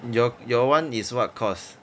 your your [one] is what course